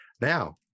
Now